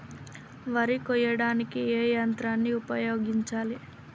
వరి కొయ్యడానికి ఏ యంత్రాన్ని ఉపయోగించాలే?